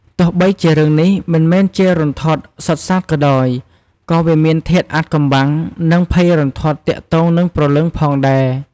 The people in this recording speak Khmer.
ទោះបីជារឿងនេះមិនមែនជារន្ធត់សុទ្ធសាធក៏ដោយ ក៏វាមានធាតុអាថ៌កំបាំង និងភ័យរន្ធត់ទាក់ទងនឹងព្រលឹងផងដែរ។